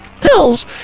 pills